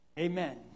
Amen